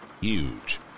huge